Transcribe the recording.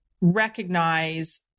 recognize